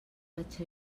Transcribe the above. vaig